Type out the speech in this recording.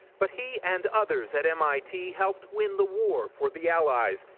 but he and others at mit helped win the war for the allies.